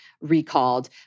recalled